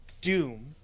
Doom